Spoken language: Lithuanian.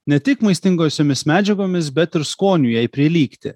ne tik maistingosiomis medžiagomis bet ir skoniu jai prilygti